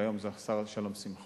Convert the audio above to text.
והיום זה השר שלום שמחון,